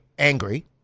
Angry